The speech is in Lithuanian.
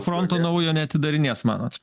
fronto naujo neatidarinės manot